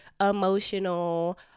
emotional